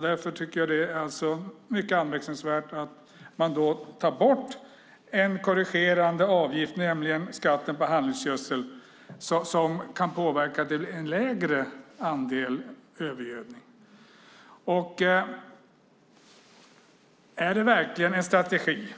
Därför tycker jag att det är mycket anmärkningsvärt att man tar bort en korrigerande avgift, nämligen skatten på handelsgödsel, som kan påverka så att det blir mindre övergödning. Är det verkligen en strategi